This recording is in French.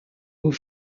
aux